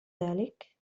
ذلك